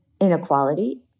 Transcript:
inequality